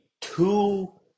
two